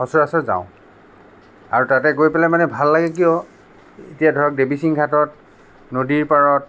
সচৰাচৰ যাওঁ আৰু তাতে গৈ পেলাই মানে ভাল লাগে কিয় এতিয়া ধৰক দেৱীচিং ঘাটত নদীৰ পাৰত